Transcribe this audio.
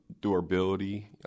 durability